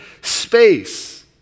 space